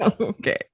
Okay